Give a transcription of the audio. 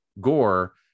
Gore